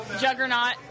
Juggernaut